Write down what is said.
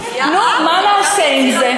נו, מה נעשה עם זה?